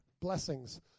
Blessings